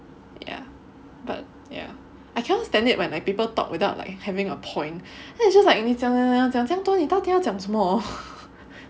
yeah but yeah I cannot stand it when like people talk without like having a point that is just 你讲讲讲讲这么多你到底要讲什么